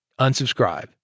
Unsubscribe